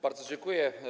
Bardzo dziękuję.